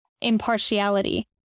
impartiality